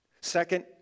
Second